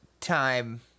time